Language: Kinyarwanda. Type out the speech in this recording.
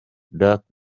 dark